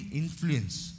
influence